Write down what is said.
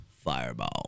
Fireball